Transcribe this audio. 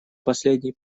последней